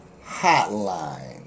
Hotline